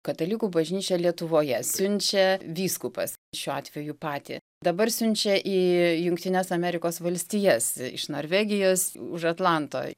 katalikų bažnyčia lietuvoje siunčia vyskupas šiuo atveju patį dabar siunčia į jungtines amerikos valstijas iš norvegijos už atlanto